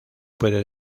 puede